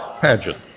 pageant